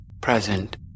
present